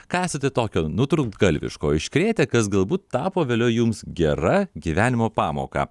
ką esate tokio nutrūktgalviško iškrėtę kas galbūt tapo vėliau jums gera gyvenimo pamoką